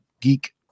geek